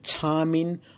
timing